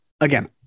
again